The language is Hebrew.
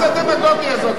זה הדמגוגיה הזו?